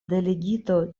delegito